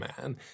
man